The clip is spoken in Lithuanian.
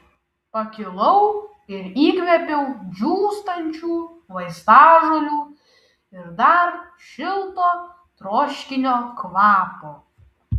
pakilau ir įkvėpiau džiūstančių vaistažolių ir dar šilto troškinio kvapo